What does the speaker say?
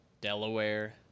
Delaware